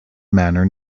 manor